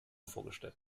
vorgestellt